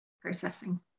processing